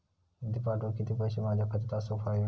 निधी पाठवुक किती पैशे माझ्या खात्यात असुक व्हाये?